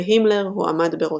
והימלר הועמד בראשו.